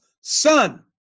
son